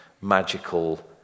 magical